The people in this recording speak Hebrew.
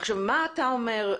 מה אתה אומר,